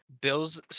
Bills